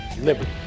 Liberty